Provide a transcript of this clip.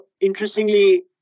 interestingly